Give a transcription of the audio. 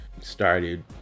Started